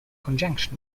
conjunction